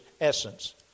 essence